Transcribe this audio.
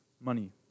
money